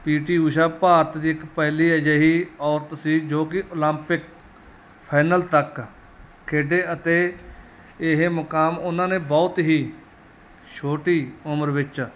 ਪੀ T Usha Bharat ਦੀ ਇੱਕ ਪਹਿਲੀ ਅਜਿਹੀ ਔਰਤ ਸੀ ਜੋ ਕਿ ਓਲੰਪਿਕ ਫਾਈਨਲ ਤੱਕ ਖੇਡੇ ਅਤੇ ਇਹ ਮੁਕਾਮ ਉਹਨਾਂ ਨੇ ਬਹੁਤ ਹੀ ਛੋਟੀ ਉਮਰ ਵਿੱਚ